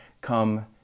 come